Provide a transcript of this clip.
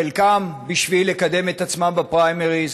חלקם בשביל לקדם את עצמם בפריימריז.